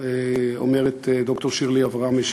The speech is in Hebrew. אומרת ד"ר שירלי אברמי,